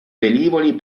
velivoli